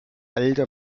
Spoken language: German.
elde